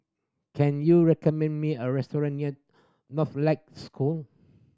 can you recommend me a restaurant near Northlight School